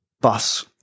bus